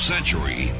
century